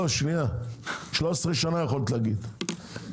13 שנה יכולת להגיד.